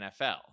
NFL